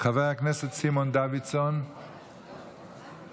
חבר הכנסת סימון דוידסון, איננו.